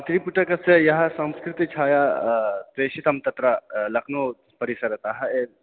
त्रिपिटकस्य यः संस्कृते छाया प्रेषितं तत्र लख्नौपरिसरतः ए